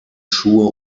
schuhe